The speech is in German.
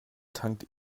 tankt